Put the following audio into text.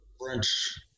French